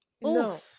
no